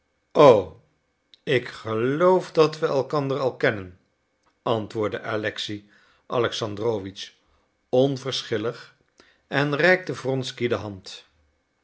o ik geloof dat we elkander al kennen antwoordde alexei alexandrowitsch onverschillig en reikte wronsky de hand